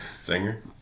Singer